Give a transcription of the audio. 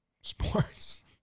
sports